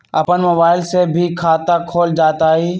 अपन मोबाइल से भी खाता खोल जताईं?